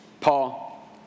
Paul